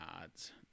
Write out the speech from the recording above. odds